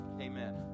Amen